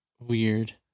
weird